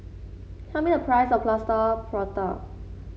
tell me the price of Plaster Prata